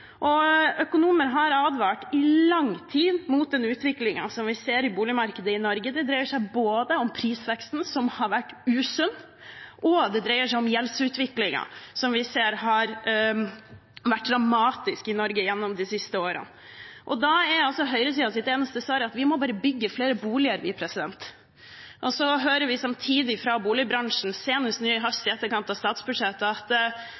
Økonomer har i lang tid advart mot den utviklingen som vi ser i boligmarkedet i Norge. Det dreier seg om både prisveksten, som har vært usunn, og gjeldsutviklingen, som vi ser har vært dramatisk i Norge gjennom de siste årene. Da er høyresidens eneste svar at vi må bygge flere boliger. Samtidig hører vi fra boligbransjen, senest i etterkant av framleggelsen av statsbudsjettet i høst, at